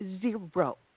zero